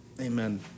Amen